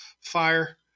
Fire